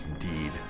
indeed